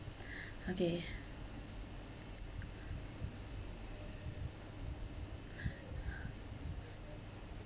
okay